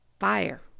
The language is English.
fire